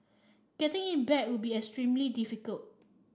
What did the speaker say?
getting it back would be extremely difficult